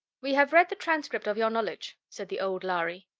we have read the transcript of your knowledge, said the old lhari.